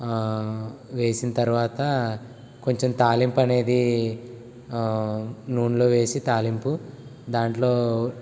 వేసిన తర్వాత కొంచెం తాలింపు అనేది నూనెలో వేసి తాలింపు దాంట్లో